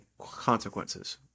consequences